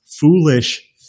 foolish